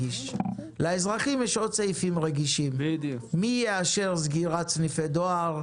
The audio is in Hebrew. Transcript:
לאזרחים יש עוד סעיפים רגישים: מי יאשר סגירת סניפי דואר,